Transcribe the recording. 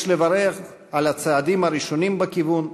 יש לברך על הצעדים הראשונים בכיוון,